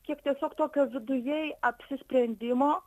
kiek tiesiog tokio viduje apsisprendimo